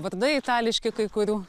vardai itališki kai kurių